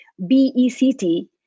BECT